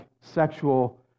sexual